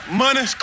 money